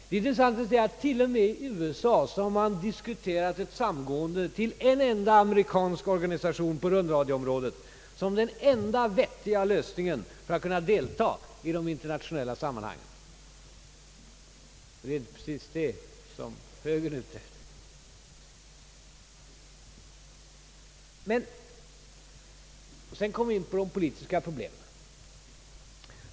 Det är intressant att se att man t.o.m. i USA har diskuterat ett samgående till en enda amerikansk organisation på rundradioområdet som den enda vettiga lösningen för att kunna delta i de internationella sammanhangen. Det är ju inte precis det som högern är ute efter. Sedan kommer vi in på de politiska problemen.